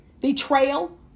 betrayal